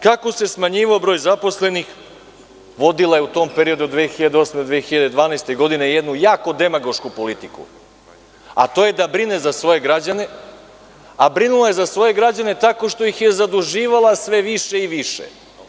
Kako se smanjivao broj zaposlenih, vodila je u tom periodu od 2008-2012. godine jednu jako demagošku politiku, a to je da brine za svoje građane, a brinula je za svoje građane tako što ih je zaduživala sve više i više.